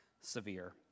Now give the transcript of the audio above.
severe